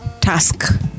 task